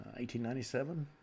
1897